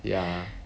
ya